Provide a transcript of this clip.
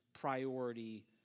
priority